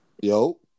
Yo